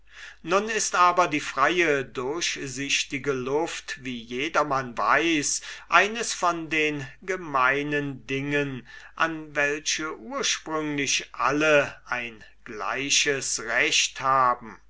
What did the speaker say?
nun ist aber die freie durchsichtige luft wie jedermann weiß eines von den gemeinen dingen an welche ursprünglich alle ein gleiches recht haben